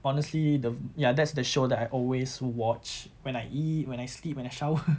honestly the ya that's the show that I always watch when I eat when I sleep when I shower